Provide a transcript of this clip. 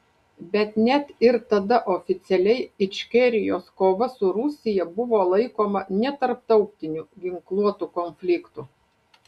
bet net ir tada oficialiai ičkerijos kova su rusija buvo laikoma netarptautiniu ginkluotu konfliktu